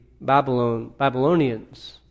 Babylonians